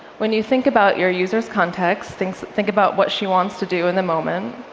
when you think about your user's context, think think about what she wants to do in the moment.